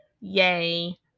Yay